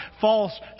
false